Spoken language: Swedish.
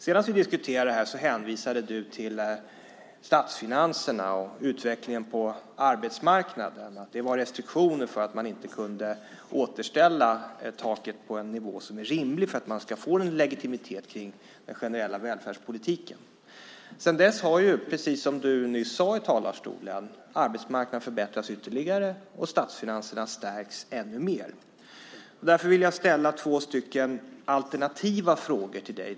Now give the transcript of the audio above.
Senast vi diskuterade det här hänvisade du till statsfinanserna och utvecklingen på arbetsmarknaden och att det var restriktioner för att man inte kunde återställa taket till en nivå som är rimlig för att man ska få legitimitet kring den generella välfärdspolitiken. Sedan dess har, precis som du sade från talarstolen, arbetsmarknaden förbättrats ytterligare och statsfinanserna stärkts ännu mer. Därför vill jag ställa två alternativa frågor till dig.